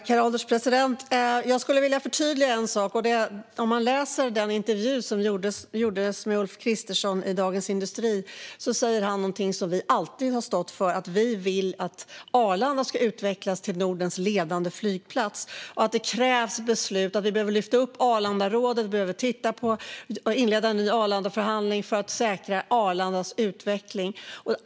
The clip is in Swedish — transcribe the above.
Herr ålderspresident! Jag skulle vilja förtydliga en sak. I den intervju som gjordes med Ulf Kristersson i Dagens industri säger han någonting som vi alltid har stått för, nämligen att vi vill att Arlanda ska utvecklas till Nordens ledande flygplats och att det krävs beslut. Vi behöver lyfta upp Arlandarådet och inleda en ny Arlandaförhandling för att säkra Arlandas utveckling.